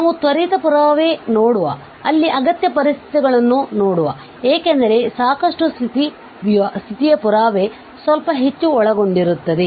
ನಾವು ತ್ವರಿತ ಪುರಾವೆ ನೋಡುವ ಅಲ್ಲಿ ಅಗತ್ಯ ಪರಿಸ್ಥಿತಿಗಳನ್ನು ನೋಡುತ್ತೇವೆ ಏಕೆಂದರೆ ಸಾಕಷ್ಟು ಸ್ಥಿತಿಯ ಪುರಾವೆ ಸ್ವಲ್ಪ ಹೆಚ್ಚು ಒಳಗೊಂಡಿರುತ್ತದೆ